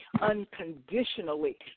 unconditionally